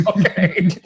okay